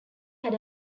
had